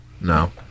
No